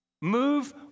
Move